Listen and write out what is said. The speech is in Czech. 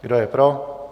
Kdo je pro?